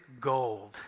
gold